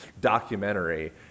documentary